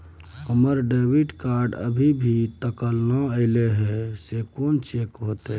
हमर debit card अभी तकल नय अयले हैं, से कोन चेक होतै?